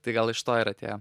tai gal iš to ir atėjo